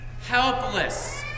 helpless